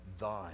thine